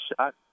shot